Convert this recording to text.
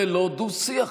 זה לא דו-שיח.